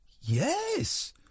Yes